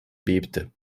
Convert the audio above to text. bebte